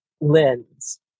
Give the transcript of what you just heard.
lens